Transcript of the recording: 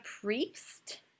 priest